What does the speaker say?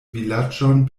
vilaĝon